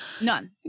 None